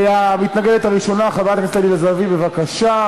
המתנגדת הראשונה, חברת הכנסת עליזה לביא, בבקשה.